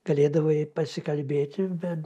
galėdavai pasikalbėti bet